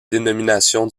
dénomination